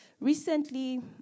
Recently